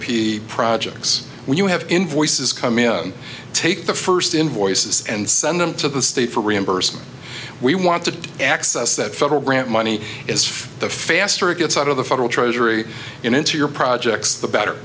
p projects when you have invoices come in take the first invoices and send them to the state for reimbursement we want to access that federal grant money is for the faster it gets out of the federal treasury into your projects the better